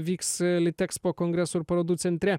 vyks litexpo kongresų ir parodų centre